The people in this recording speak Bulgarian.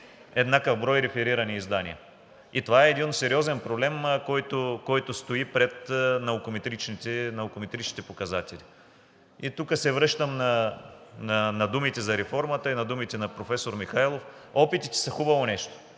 еднакъв брой реферирани издания. Това е един сериозен проблем, който стои пред наукометричните показатели. Тук се връщам на думите за реформата и на думите на професор Михайлов, че опитите са хубаво нещо,